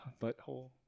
butthole